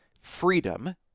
freedom